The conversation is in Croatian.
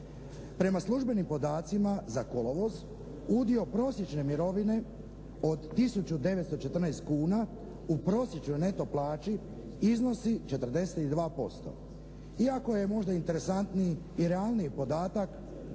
Prema službenim podacima za kolovoz udio prosječne mirovine od 1914 kuna u prosječnoj neto plaći iznosi 42%. Iako je možda interesantniji i realniji podatak